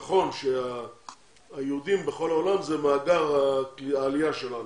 נכון שהיהודים בכל העולם זה מאגר העלייה שלנו,